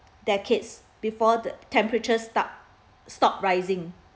decades before the temperature start stop rising